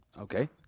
Okay